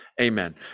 Amen